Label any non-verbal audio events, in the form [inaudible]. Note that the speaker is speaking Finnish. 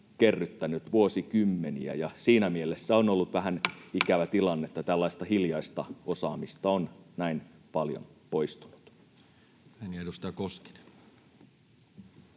kerryttänyt vuosikymmeniä, ja siinä mielessä on ollut [noise] vähän ikävä tilanne, että tällaista hiljaista osaamista on näin paljon poistunut.